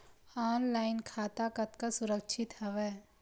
Online खाता कतका सुरक्षित हवय?